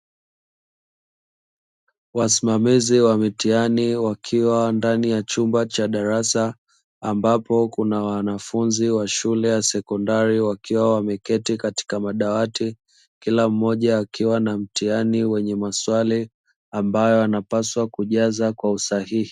Wasimamizi wa mitihani wakiwa ndani ya chumba cha darasa ambapo kuna wanafunzi wa shule ya sekondari wakiwa wameketi katika madawati, kila mmoja akiwa na maswali ambayo napaswa kujaza kwa usahihi.